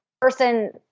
person